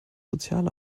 soziale